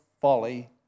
folly